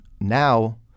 now